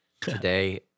today